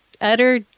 utter